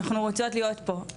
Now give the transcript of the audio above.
אנחנו רוצות להיות פה,